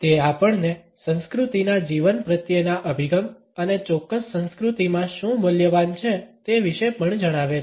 તે આપણને સંસ્કૃતિના જીવન પ્રત્યેના અભિગમ અને ચોક્કસ સંસ્કૃતિમાં શું મૂલ્યવાન છે તે વિશે પણ જણાવે છે